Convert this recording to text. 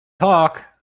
talk